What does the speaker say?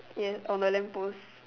ya on the lamp post